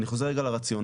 אני חוזר רגע לרציונל,